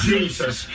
Jesus